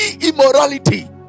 immorality